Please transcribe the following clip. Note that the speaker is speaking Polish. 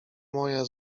moja